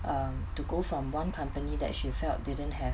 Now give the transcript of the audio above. um to go from one company that she felt didn't have